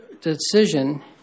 decision